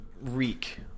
reek